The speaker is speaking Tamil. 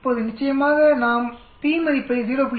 இப்போது நிச்சயமாக நாம் p மதிப்பை 0